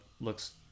looks